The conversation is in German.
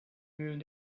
mühlen